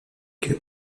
que